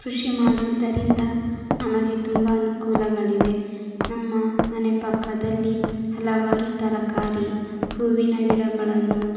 ಕೃಷಿ ಮಾಡುವುದರಿಂದ ನಮಗೆ ತುಂಬ ಅನುಕೂಲಗಳಿವೆ ನಮ್ಮ ಮನೆ ಪಕ್ಕದಲ್ಲಿ ಹಲವಾರು ತರಕಾರಿ ಹೂವಿನ ಗಿಡಗಳನ್ನು